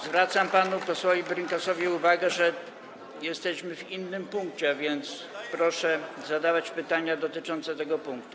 Zwracam panu posłowi Brynkasowi uwagę, że jesteśmy w innym punkcie, a więc proszę zadawać pytania dotyczące tego punktu.